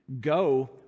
go